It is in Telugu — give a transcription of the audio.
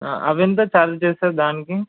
అవి ఎంత చార్జ్ చేస్తారు దానికి